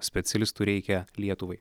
specialistų reikia lietuvai